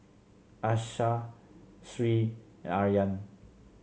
Aishah Sri Aryan